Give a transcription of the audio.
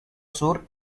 sur